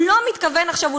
הוא לא מתכוון עכשיו.